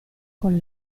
con